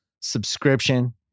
subscription